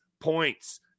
points